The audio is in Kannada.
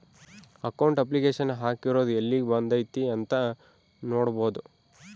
ಅಕೌಂಟ್ ಅಪ್ಲಿಕೇಶನ್ ಹಾಕಿರೊದು ಯೆಲ್ಲಿಗ್ ಬಂದೈತೀ ಅಂತ ನೋಡ್ಬೊದು